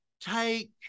Take